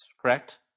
Correct